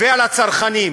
ועל הצרכנים,